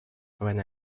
when